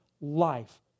life